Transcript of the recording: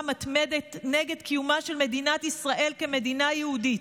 מתמדת נגד קיומה של מדינת ישראל כמדינה יהודית.